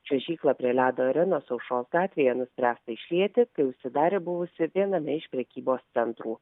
čiuožyklą prie ledo arenos aušros gatvėje nuspręsta išlieti kai užsidarė buvusi viename iš prekybos centrų